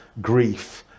grief